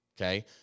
Okay